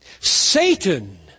Satan